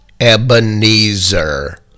Ebenezer